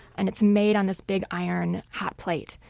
and it's made on this big, iron hot plate.